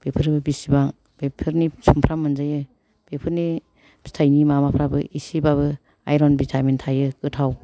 बेफोरबो बिसिबां बेफोरनि सुमफ्राम मोनजायो बेफोरनि फिथाइनि माबाफ्राबो एसेबाबो आइरन भिटामिन थायो गोथाव